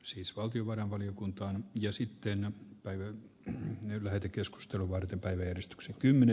siis valtiovarainvaliokuntaan ja sitten on päivän lähetekeskustelua varten päiväjärjestyksen kymmene